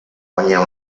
guanyar